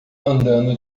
andando